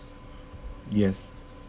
yes